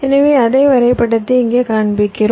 எனவே அதே வரைபடத்தை இங்கே காண்பிக்கிறோம்